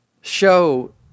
show